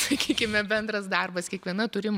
sakykime bendras darbas kiekviena turim